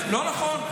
לא נכון.